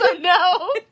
no